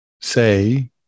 say